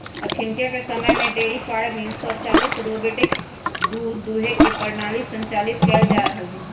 अखनिके समय में डेयरी फार्मिंग स्वचालित रोबोटिक दूध दूहे के प्रणाली संचालित कएल जा रहल हइ